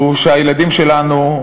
הוא שהילדים שלנו,